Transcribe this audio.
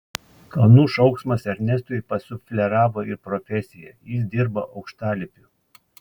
kalnų šauksmas ernestui pasufleravo ir profesiją jis dirbo aukštalipiu